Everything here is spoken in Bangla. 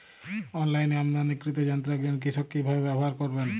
অনলাইনে আমদানীকৃত যন্ত্র একজন কৃষক কিভাবে ব্যবহার করবেন?